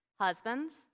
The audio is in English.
husbands